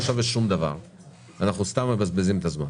שווה שום דבר ואנחנו סתם מבזבזים את הזמן